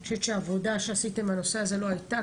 אני חושבת שהעבודה שעשיתם בנושא הזה לא הייתה